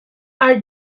are